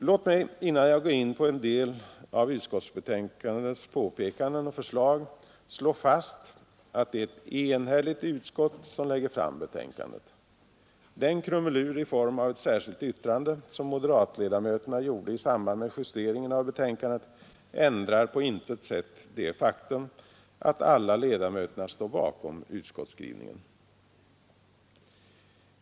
Låt mig innan jag går in på en del av utskottsbetänkandets påpekanden och förslag slå fast att det är ett enhälligt utskott som lägger fram betänkandet. Den krumelur i form av ett särskilt yttrande som moderatledamöterna gjorde i samband med justeringen av betänkandet ändrar på intet sätt det faktum att alla ledamöterna står bakom utskottsskrivningen.